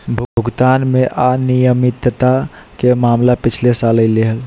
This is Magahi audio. भुगतान में अनियमितता के मामला पिछला साल अयले हल